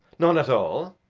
none at all.